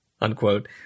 unquote